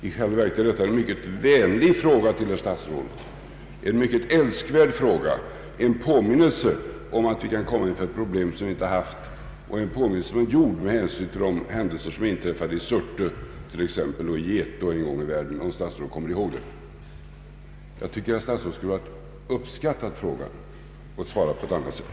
I själva verket är detta en mycket vänlig fråga till herr statsrådet — en mycket älskvärd fråga, en påminnelse om att vi kan komma inför problem som vi inte haft och en påminnelse som är gjord med hänsyn till händelser som inträffat t.ex. i Surte och i Getå en gång i världen, om herr statsrådet kommer ihåg dessa. Jag tycker att herr statsrådet skulle ha uppskattat frågan och svarat på ett annat sätt.